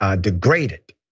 degraded